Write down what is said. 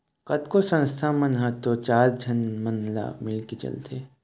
कतको संस्था मन ह तो चार झन मन ले मिलके चलथे